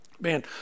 Man